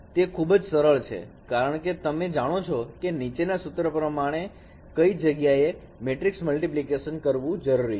તે ખૂબ જ સરળ છે કારણ કે તમે જાણો છો કે નીચેના સૂત્ર પ્રમાણે કઈ જગ્યાએ મેટ્રિક્સ મલ્ટીપ્લિકેશન કરવું જરૂરી છે